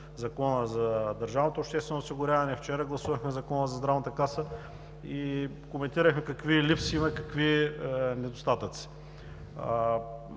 Закона за държавното обществено осигуряване, вчера гласувахме Закона за Здравната каса и коментирахме какви липси има, какви недостатъци.